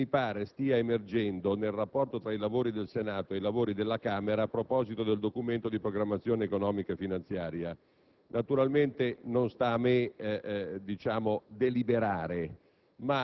che mi pare stia emergendo nel rapporto tra i lavori del Senato e quelli della Camera a proposito del Documento di programmazione economico-finanziaria. Naturalmente non sta a me deliberare,